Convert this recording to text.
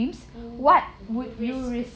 oh you risk